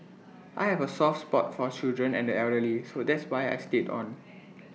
I have A soft spot for children and the elderly so that's why I stayed on